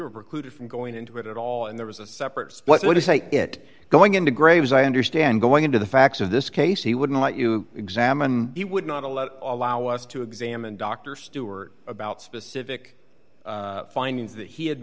were precluded from going into it at all and there was a separate split what to say it going into graves i understand going into the facts of this case he wouldn't let you examine he would not allow allow us to examine dr stuart about specific findings that he had